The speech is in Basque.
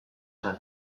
zen